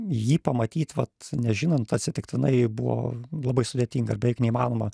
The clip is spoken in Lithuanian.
jį pamatyt vat nežinant atsitiktinai buvo labai sudėtinga ir beveik neįmanoma